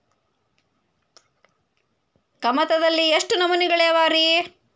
ಕಮತದಲ್ಲಿ ಎಷ್ಟು ನಮೂನೆಗಳಿವೆ ರಿ?